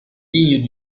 lignes